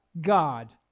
God